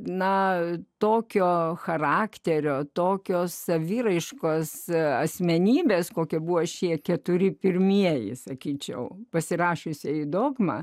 na tokio charakterio tokios saviraiškos asmenybės kokia buvo šie keturi pirmieji sakyčiau pasirašiusiai dogma